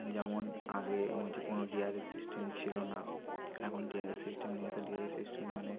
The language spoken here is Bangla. যেমন আগে আমাদের কোনো ডি আর এস সিস্টেম ছিল না এখন ডি আর এস সিস্টেম নিয়ে এসে ডিআরএস সিস্টেম মানে